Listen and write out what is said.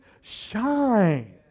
shine